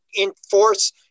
enforce